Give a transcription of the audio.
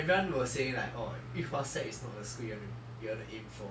everyone will say like oh yu hua sec is not the school you want to you want to aim for